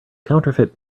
counterfeit